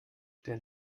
den